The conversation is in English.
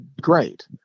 great